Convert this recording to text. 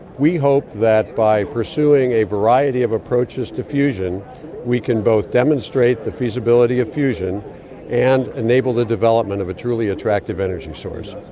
we hope that by pursuing a variety of approaches to fusion we can both demonstrate the feasibility of fusion and enable the development of a truly attractive energy source.